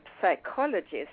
psychologist